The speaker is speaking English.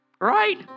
Right